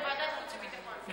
בוועדת החוץ והביטחון.